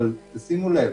אבל, תשימו לב: